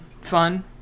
fun